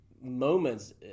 moments